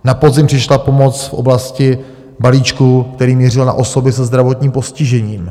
Na podzim přišla pomoc v oblasti balíčku, který mířil na osoby se zdravotním postižením.